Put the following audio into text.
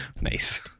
Nice